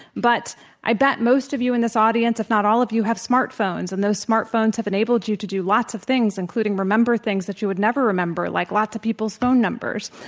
but i bet most of in this audience, if not all of you, have smartphones, and those smartphones have enabled you to do lots of things, including remember things that you would never remember, like lots of people's phone numbers.